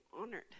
honored